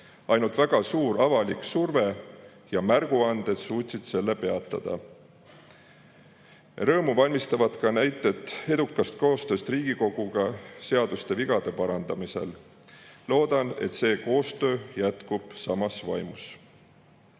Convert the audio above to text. Ainult väga suur avalik surve ja märguanded suutsid selle peatada. Rõõmu valmistavad näited edukast koostööst Riigikoguga seaduste vigade parandamisel. Loodan, et see koostöö jätkub samas vaimus.